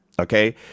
okay